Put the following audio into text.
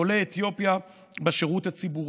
לעולי אתיופיה בשירות הציבורי.